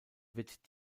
wird